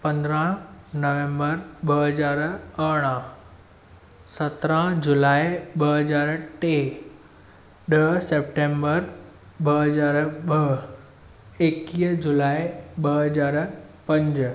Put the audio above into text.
पंदरहां नवंबर ॿ हजार अरड़हां सतरहं जूलाई ॿ हजार टे ॾह सप्टेंबर ॿ हजार ॿ एकवीह जूलाई ॿ हजार पंज